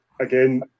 again